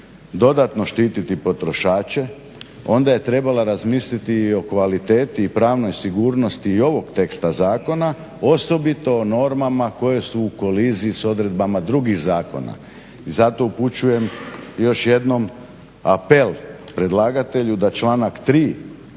dodatno štiti potrošače, onda je trebala razmisliti i o kvaliteti, i pravnoj sigurnosti i ovog teksta zakona. Osobito o normama koje su u koliziji s odredbama drugih zakona. I zato upućujem još jednom apel predlagatelju, da članak 3.